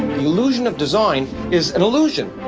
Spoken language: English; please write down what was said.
illusion of design is an illusion.